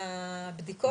הבדיקות.